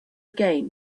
again